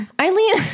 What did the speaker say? Eileen